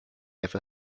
ever